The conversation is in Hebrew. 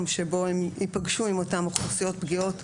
שבו הם ייפגשו עם אותן אוכלוסיות פגיעות,